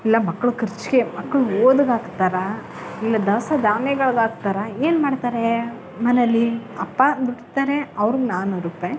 ಇಲ್ಲ ಮಕ್ಕಳು ಕರ್ಚಿಗೆ ಮಕ್ಕಳು ಓದಿಗೆ ಹಾಕ್ತಾರ ಇಲ್ಲ ದವಸ ಧಾನ್ಯಗಳ್ಗೆ ಹಾಕ್ತಾರ ಏನು ಮಾಡ್ತಾರೆ ಮನೆಯಲ್ಲಿ ಅಪ್ಪ ದುಡಿತರೇ ಅವ್ರಿಗೆ ನಾನ್ನೂರು ರೂಪಾಯಿ